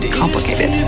complicated